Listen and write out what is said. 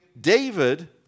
David